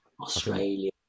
Australia